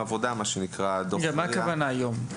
מה הכוונה "היום"?